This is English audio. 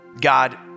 God